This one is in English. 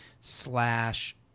slash